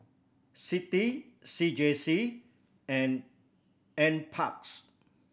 CITI C J C and N Parks